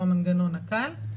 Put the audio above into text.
שהוא המנגנון הקל,